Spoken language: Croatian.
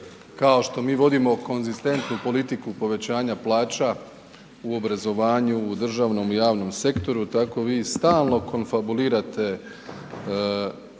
kao što mi vodimo konzistentnu politiku povećanja plaća u obrazovanju, u državnom i javnom sektoru, tako vi stalno konfabulirate